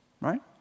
right